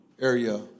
area